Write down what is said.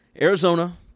Arizona